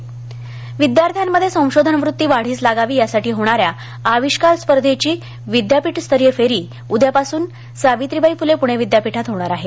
आविष्कार विद्यार्थ्यांमध्ये संशोधन वृत्ती वाढीस लागावी यासाठी होणाऱ्या आविष्कार स्पर्धेची विद्यापीठस्तरीय फेरी उद्या पासून सावित्रीबाई फुले पुणे विद्यापीठात होणार आहे